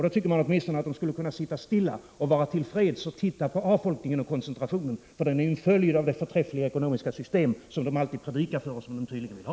Då tycker man åtminstone att de skulle sitta stilla och vara till freds med att titta på avfolkningen och koncentrationen, för den är en följd av det förträffliga ekonomiska system som de alltid predikar för och som de tydligen vill ha.